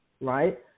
right